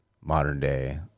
modern-day